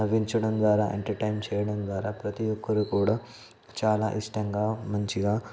నవ్వించడం ద్వారా ఎంటర్టైన్ చేయడం ద్వారా ప్రతీ ఒక్కరు కూడా చాలా ఇష్టంగా మంచిగా